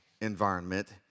environment